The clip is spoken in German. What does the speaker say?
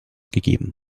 gegeben